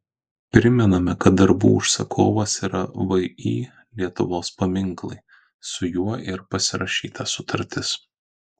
primename kad darbų užsakovas yra vį lietuvos paminklai su juo ir pasirašyta sutartis